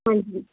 ਹਾਂਜੀ